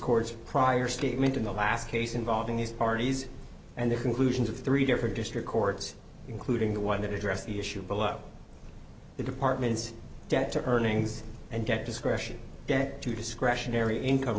courts prior statement in the last case involving these parties and the conclusions of three different district courts including the one that address the issue below the department's debt to earnings and get discretion get to discretionary income